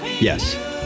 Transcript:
Yes